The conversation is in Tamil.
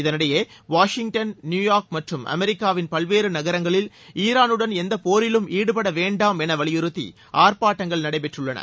இதனிடையே வாஷிங்டன் நியூயார்க் மற்றும் அமெரிக்காவின் பல்வேறு நகரங்களில் ஈரானுடன் எந்த போரிலும் ஈடுபட வேண்டாம் என வலியுறுத்தி ஆர்ப்பாட்டங்கள் நடைபெற்றுள்ளன